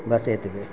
बस एतबे